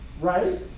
right